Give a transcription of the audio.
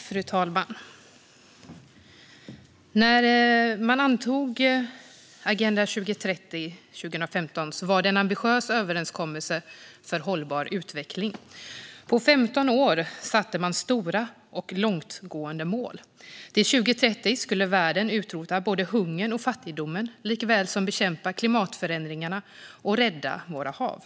Fru talman! När man 2015 antog Agenda 2030 var det en ambitiös överenskommelse för hållbar utveckling. Man satte stora och långtgående mål som skulle uppfyllas på 15 år. Till 2030 skulle världen utrota både hungern och fattigdomen liksom bekämpa klimatförändringarna och rädda våra hav.